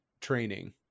training